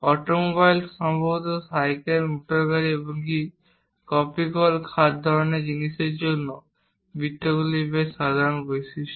automobile সম্ভবত cycle motor গাড়ি এমনকি কপিকল খাদ ধরনের জিনিসের জন্য বৃত্তগুলি বেশ সাধারণ বৈশিষ্ট্য